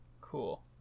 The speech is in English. Cool